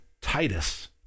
Titus